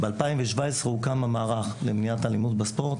ב-2017 הוקם המערך למניעת אלימות בספורט.